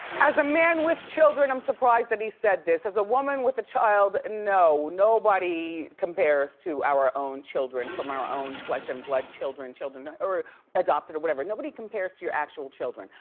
as a man with children, i'm surprised that he said this. as a woman with a child, no. nobody compares to our own children, from our own flesh and blood children, ah or adopted or whatever, nobody compares to your actual children,